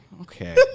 Okay